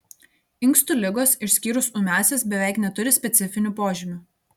inkstų ligos išskyrus ūmiąsias beveik neturi specifinių požymių